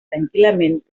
tranquil·lament